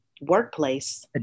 workplace